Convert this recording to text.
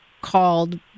called